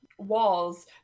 walls